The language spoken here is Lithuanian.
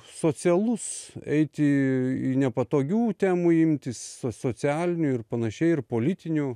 socialus eiti į nepatogių temų imtis socialinių ir panašiai ir politinių